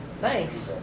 Thanks